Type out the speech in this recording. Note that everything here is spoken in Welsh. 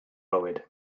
fywyd